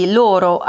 loro